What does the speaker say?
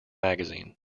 magazine